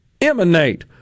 emanate